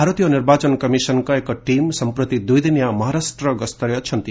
ଭାରତୀୟ ନିର୍ବାଚନ କମିଶନଙ୍କ ଏକ ଟିମ୍ ସଂପ୍ରତି ଦୁଇଦିନିଆ ମହାରାଷ୍ଟ୍ର ଗସ୍ତରେ ଅଛନ୍ତି